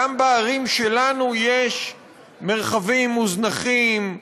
גם בערים שלנו יש מרחבים מוזנחים,